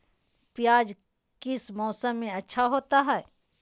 प्याज किस मौसम में अच्छा होता है?